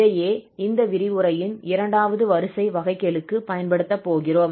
இதையே இந்த விரிவுரையின் இரண்டாவது வரிசை வகைக்கெழுக்குப் பயன்படுத்தப் போகிறோம்